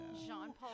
Jean-Paul